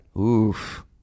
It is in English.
oof